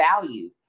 value